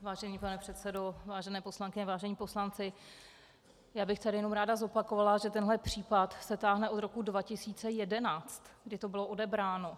Vážený pane předsedo, vážené poslankyně, vážení poslanci, já bych tady jenom ráda zopakovala, že tenhle případ se táhne od roku 2011, kdy to bylo odebráno.